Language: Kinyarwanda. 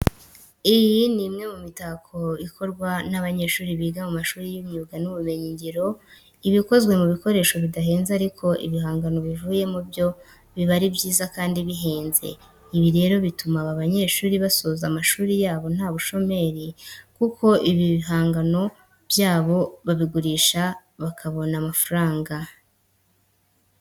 Iyi ni imwe mu mitako ikorwa n'abanyeshuri biga mu mashuri y'imyuga n'ibumenyingiro. Iba ikozwe mu bikoresho bidahenze ariko ibihangano bivuyemo byo biba ari byiza kandi bihenze. Ibi rero bituma aba banyeshuri basoza amashuri yabo nta bushomeri kuko ibihangano byabo babigurisha bakabona amafaranga.